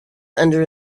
under